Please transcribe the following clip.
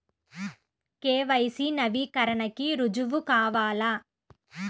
KYC నవీకరణకి రుజువు కావాలా?